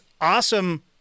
awesome